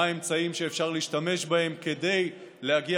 מהם האמצעים שאפשר להשתמש בהם כדי להגיע